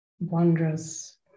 wondrous